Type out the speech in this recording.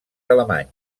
alemanys